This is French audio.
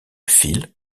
fil